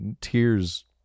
tears